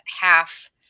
half